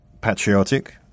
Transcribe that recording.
patriotic